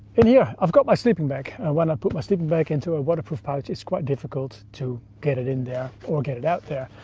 in here, yeah i've got my sleeping bag, and when i put my sleeping bag into a waterproof pouch, it's quite difficult to get it in there or get it out there.